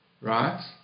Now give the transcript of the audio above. Right